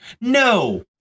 no